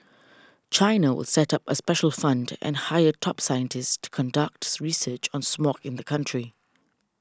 China will set up a special fund and hire top scientists to conduct research on smog in the country